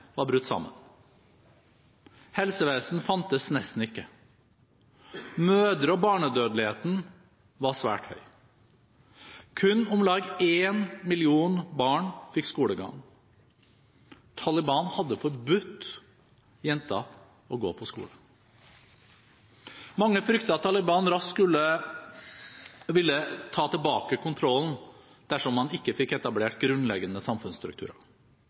var brutt sammen. Helsevesen fantes nesten ikke. Mødre- og barnedødeligheten var svært høy. Kun om lag én million barn fikk skolegang. Taliban hadde forbudt jenter å gå på skole. Mange fryktet at Taliban raskt ville ta tilbake kontrollen dersom man ikke fikk etablert grunnleggende samfunnsstrukturer.